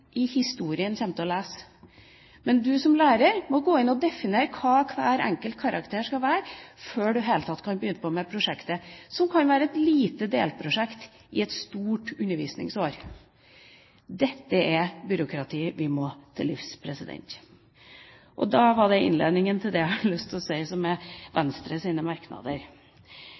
i historien kommer til å lese. Men som lærer må man gå inn og definere hva hver enkelt karakter skal være, før man i det hele tatt kan begynne på prosjektet – som kan være et lite delprosjekt i et stort undervisningsår. Dette er byråkrati vi må til livs. – Det var innledningen til det jeg har lyst til å si,